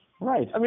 Right